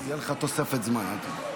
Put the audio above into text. תהיה לך תוספת זמן, אל תדאג.